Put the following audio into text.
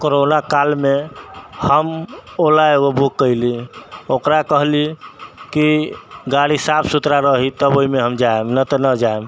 corona कालमे हम ओला एगो बुक कैलिऐ ओकरा कहली कि गाड़ी साफ सुथरा रहि तब हम ओहिमे जाएब नहि तऽ नहि जाएब